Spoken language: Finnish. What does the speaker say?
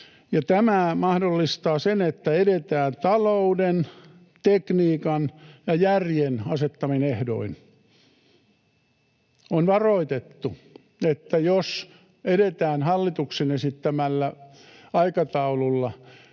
Tämä mahdollistaa sen, että edetään talouden, tekniikan ja järjen asettamin ehdoin. On varoitettu, että jos edetään hallituksen esittämällä aikataululla,